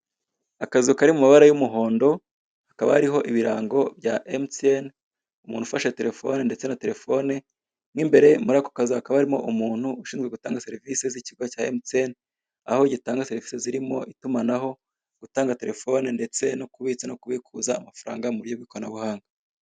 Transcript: Akazu kari mu mabara y'umuhondo, akaba hariho ibirango bya emutiyeni, umuntu ufashe telefone ndetse na telefone, mo imbere muri ako kazu hakaba harimo umuntu ushinzwe gutanga serivise z'ikigo cya emutiyeni, aho gitanga serivise zirimo itumanaho, gutanga telefone ndetse no kubitsa no kubikuza amafaranga mu buryo bw'ikoranabuhanga.